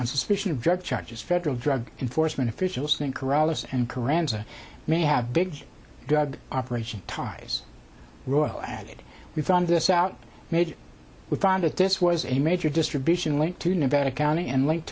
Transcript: on suspicion of drug charges federal drug enforcement officials think corrales and kuranda may have big drug operation time as royal added we found this out made with find that this was a major distribution linked to nevada county and link